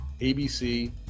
ABC